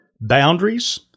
boundaries